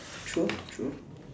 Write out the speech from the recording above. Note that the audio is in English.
true true